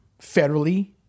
federally